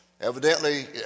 Evidently